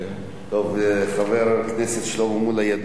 חבר הכנסת שלמה מולה,